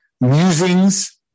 musings